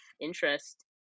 interest